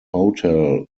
hotel